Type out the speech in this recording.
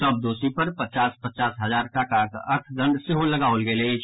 सभ दोषी पर पचास पचास हजार टाकाक अर्थदंड सेहो लगाओल गेल अछि